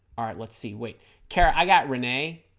ah let's see wait cara i got renee